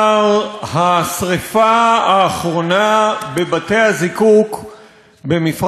השרפה האחרונה בבתי-הזיקוק במפרץ חיפה